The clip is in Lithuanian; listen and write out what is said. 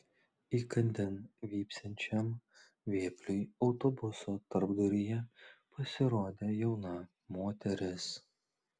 įkandin vypsančiam vėpliui autobuso tarpduryje pasirodė jauna moteris